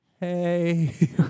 hey